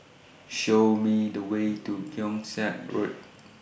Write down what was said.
Show Me The Way to Keong Saik Road